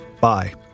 Bye